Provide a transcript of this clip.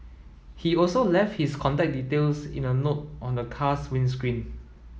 he also left his contact details in a note on the car's windscreen